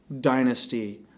dynasty